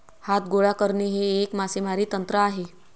हात गोळा करणे हे एक मासेमारी तंत्र आहे